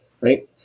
right